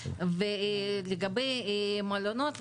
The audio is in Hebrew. לגבי מלונות,